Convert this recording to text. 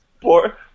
poor